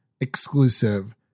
exclusive